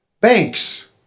Banks